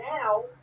now